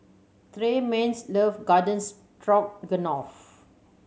Tremayne's love Garden Stroganoff